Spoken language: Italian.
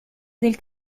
del